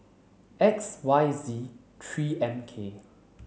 X Y Z three M K